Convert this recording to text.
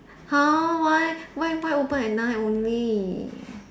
!huh! why why why open at night only